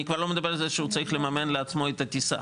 ואני לא מדבר על זה שהם צריכים לממן לעצמם את הטיסה,